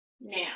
now